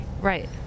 Right